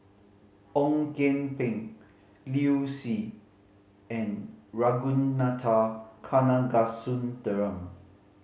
Ong Kian Peng Liu Si and Ragunathar Kanagasuntheram